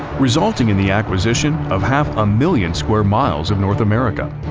resulting in the acquisition of half a million square miles of north america,